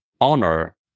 honor